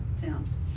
temps